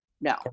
No